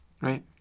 Right